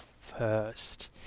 first